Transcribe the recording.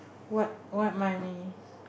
what what my niece